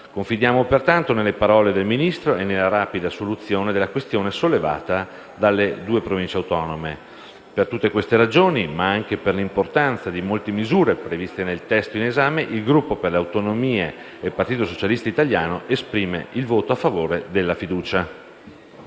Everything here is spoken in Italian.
Confidiamo pertanto nelle parole del Ministro e nella rapida soluzione della questione sollevata dalle due Province autonome. Per tutte queste ragioni, ma anche per l'importanza di molte misure previste nel testo in esame, il Gruppo per le Autonomie - PSI-MAIE esprimerà il voto a favore della fiducia.